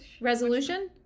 Resolution